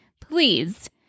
please